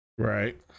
right